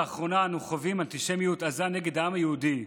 לאחרונה אנו חווים אנטישמיות עזה נגד העם היהודי,